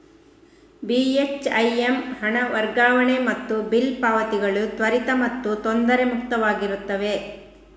ಬಿ.ಹೆಚ್.ಐ.ಎಮ್ ಹಣ ವರ್ಗಾವಣೆ ಮತ್ತು ಬಿಲ್ ಪಾವತಿಗಳು ತ್ವರಿತ ಮತ್ತು ತೊಂದರೆ ಮುಕ್ತವಾಗಿರುತ್ತವೆ